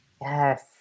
Yes